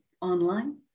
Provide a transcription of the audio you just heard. online